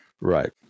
Right